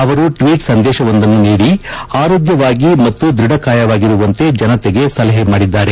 ಅವರು ಟ್ಷೀಟ್ ಸಂದೇಶವೊಂದನ್ನು ನೀಡಿ ಆರೋಗ್ಯವಾಗಿ ಮತ್ತು ದ್ವಢಕಾಯದಾಗಿರುವಂತೆ ಜನತೆಗೆ ಸಲಹೆ ಮಾಡಿದ್ದಾರೆ